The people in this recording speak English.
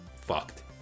fucked